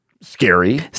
Scary